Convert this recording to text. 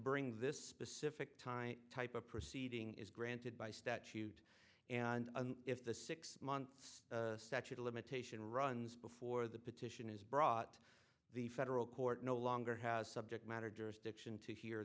bring this specific time type of proceeding is granted by statute and if the six months statute of limitation runs before the petition is brought the federal court no longer has subject matter jurisdiction to hear